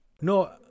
no